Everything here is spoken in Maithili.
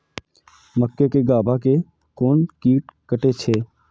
मक्के के गाभा के कोन कीट कटे छे?